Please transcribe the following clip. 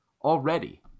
already